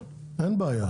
אין בעיה.